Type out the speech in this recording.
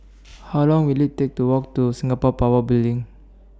How Long Will IT Take to Walk to Singapore Power Building